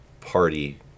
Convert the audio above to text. party